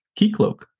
KeyCloak